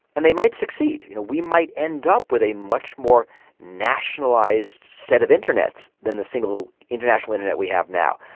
and they might succeed. you know we might end up with a much more nationalised set of internets than the single international internet we have now.